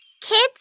Kids